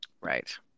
right